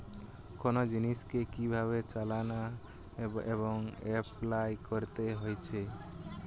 কোন জিনিসকে কি ভাবে চালনা বা এপলাই করতে হতিছে